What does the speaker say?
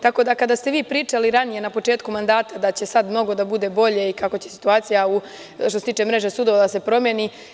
Tako, kada ste vi pričali, ranije na početku mandata, da će sada mnogo da bude bolje i kako će situacija, što se tiče mreže sudova, da se promeni.